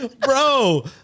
Bro